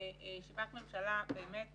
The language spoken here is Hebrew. ישיבת ממשלה באמת